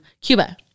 Cuba